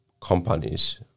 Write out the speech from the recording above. companies